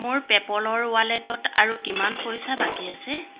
মোৰ পে'পলৰ ৱালেটত আৰু কিমান পইচা বাকী আছে